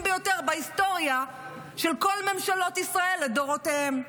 ביותר בהיסטוריה של כל ממשלות ישראל לדורותיהן.